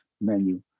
menu